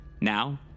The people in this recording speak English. Now